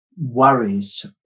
worries